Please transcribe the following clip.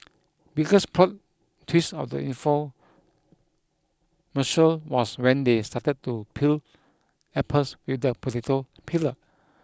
biggest plot twist of the infomercial was when they started to peel apples with the potato peeler